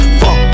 fuck